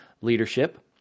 leadership